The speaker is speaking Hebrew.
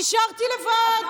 נשארתי לבד.